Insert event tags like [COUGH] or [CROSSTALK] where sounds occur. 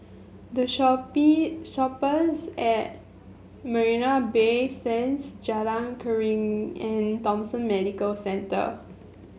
The [UNINTELLIGIBLE] Shoppes at Marina Bay Sands Jalan Keruing and Thomson Medical Centre